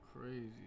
Crazy